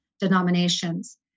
denominations